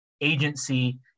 agency